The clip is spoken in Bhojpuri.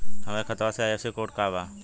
हमरे खतवा के आई.एफ.एस.सी कोड का बा?